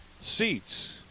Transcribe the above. seats